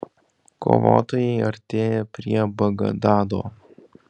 kovotojai artėja prie bagdado